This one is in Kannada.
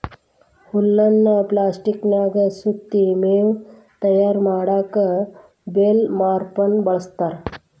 ಹುಲ್ಲನ್ನ ಪ್ಲಾಸ್ಟಿಕನ್ಯಾಗ ಸುತ್ತಿ ಮೇವು ತಯಾರ್ ಮಾಡಕ್ ಬೇಲ್ ವಾರ್ಪೆರ್ನ ಬಳಸ್ತಾರ